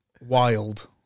Wild